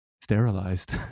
Sterilized